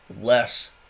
less